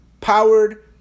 powered